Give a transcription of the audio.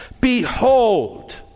Behold